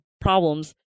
problems